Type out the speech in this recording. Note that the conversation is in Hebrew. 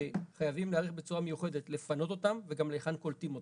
שחייבים להיערך בצורה מיוחדת לפנות אותם וגם להיכן קולטים אותם.